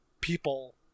people